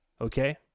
Okay